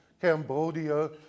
Cambodia